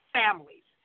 families